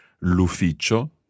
l'ufficio